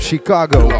Chicago